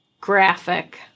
graphic